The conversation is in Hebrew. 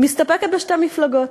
מסתפקת בשתי מפלגות,